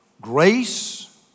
Grace